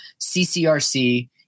CCRC